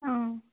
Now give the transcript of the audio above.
অঁ